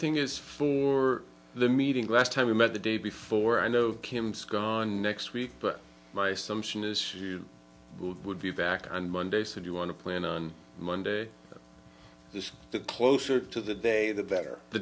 thing is for the meeting last time we met the day before i know him scar next week but my sumption is you would be back on monday so you want to plan on monday the closer to the day the better the